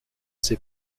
ses